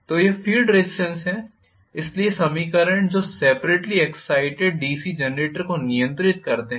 तो यह field resistance है इसलिए ये समीकरण हैं जो सेपरेट्ली एग्ज़ाइटेड डीसी जेनरेटर को नियंत्रित करते हैं